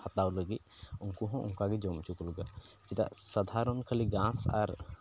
ᱦᱟᱛᱟᱣ ᱞᱟᱹᱜᱤᱫ ᱩᱱᱠᱩ ᱦᱚᱸ ᱚᱱᱠᱟᱜᱮ ᱡᱚᱢ ᱦᱚᱪᱚ ᱠᱚ ᱞᱟᱹᱜᱤᱫ ᱪᱮᱫᱟᱜ ᱥᱟᱫᱷᱟᱨᱚᱱ ᱠᱷᱟᱹᱞᱤ ᱜᱷᱟᱥ ᱟᱨ